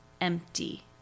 empty